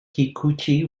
kikuchi